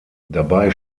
dabei